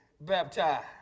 baptized